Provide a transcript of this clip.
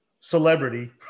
celebrity